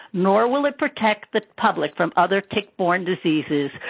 nor will it protect the public from other tick-borne diseases,